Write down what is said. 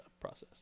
process